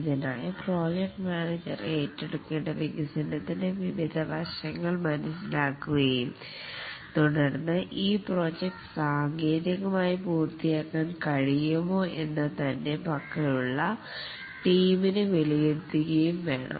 ഇതിനായി project manager ഏറ്റെടുക്കേണ്ട വികസനത്തിന് വിവിധ വശങ്ങൾ മനസ്സിലാക്കുകയും തുടർന്ന് ഈ പ്രോജക്ട് സാങ്കേതികമായി പൂർത്തിയാക്കാൻ കഴിയുമോ എന്ന് തന്നെ പക്കലുള്ള ടീമിനെ വിലയിരുത്തുകയും വേണം